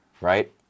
right